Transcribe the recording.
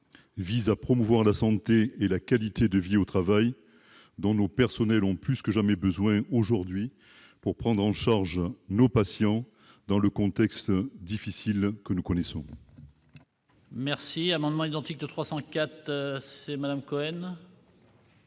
vise à promouvoir la santé et la qualité de vie au travail, dont nos personnels ont plus que jamais besoin aujourd'hui pour prendre en charge nos patients, dans le contexte difficile que nous connaissons.